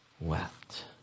wept